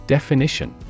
Definition